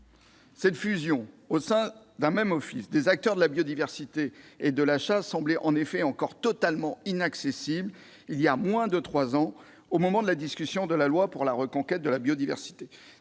Cette fusion, au sein d'un même office, des acteurs de la biodiversité et de la chasse semblait en effet encore totalement inaccessible il y a moins de trois ans, au moment de la discussion de la loi pour la reconquête de la biodiversité,